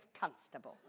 constable